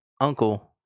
uncle